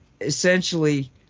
essentially